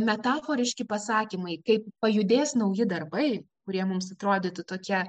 metaforiški pasakymai kaip pajudės nauji darbai kurie mums atrodytų tokie